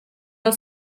del